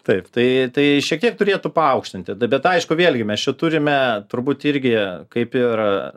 taip tai tai šiek tiek turėtų paaukštinti tai bet aišku vėlgi mes čia turime turbūt irgi kaip ir